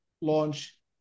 launch